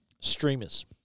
Streamers